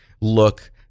look